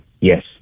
yes